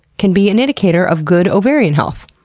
can be an indicator of good ovarian health,